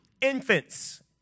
Infants